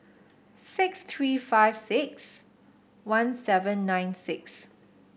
six three five six one seven nine six